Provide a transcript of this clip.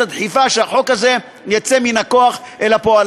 הדחיפה שהחוק הזה יצא מן הכוח אל הפועל.